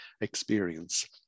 experience